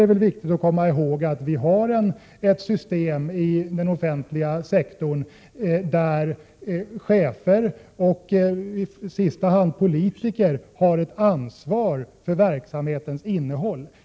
Det är viktigt att komma ihåg att man i den offentliga sektorn har ett system där chefer och i sista hand politiker har ansvar för verksamhetens innehåll.